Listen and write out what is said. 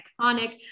iconic